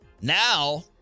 Now